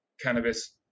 cannabis